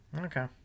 Okay